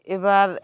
ᱮᱵᱟᱨ